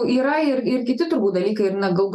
yra ir ir kiti turbūt dalykai ir na gal